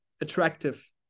attractive